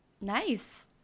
nice